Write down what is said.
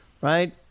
right